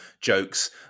jokes